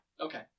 Okay